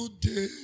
today